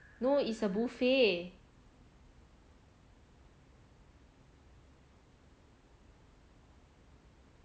no is a buffet